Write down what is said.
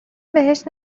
بهش